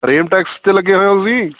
Ramtex 'ਤੇ ਲੱਗੇ ਹੋਏ ਹੋ ਤੁਸੀਂ